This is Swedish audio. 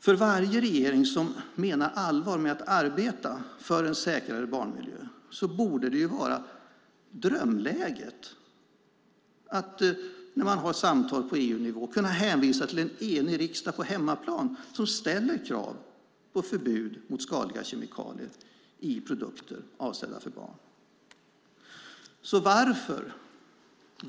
För varje regering som menar allvar med att arbeta för en säkrare barnmiljö borde det vara ett drömläge att när man har samtal på EU-nivå kunna hänvisa till en enig riksdag på hemmaplan som ställer krav på förbud mot skadliga kemikalier i produkter avsedda för barn.